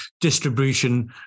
distribution